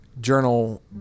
journal